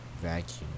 vacuum